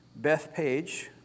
Bethpage